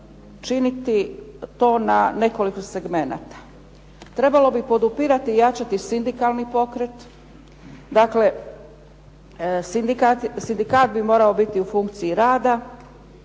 činiti to na nekoliko segmenata. Trebalo bi podupirati i jačati sindikalni pokret. Dakle, sindikat bi morao biti u funkciji rada,